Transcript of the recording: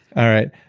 all right.